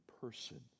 person